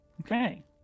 Okay